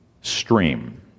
stream